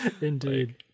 indeed